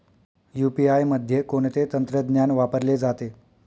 UPI मध्ये कोणते तंत्रज्ञान वापरले जाते?